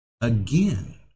Again